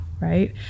right